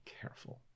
careful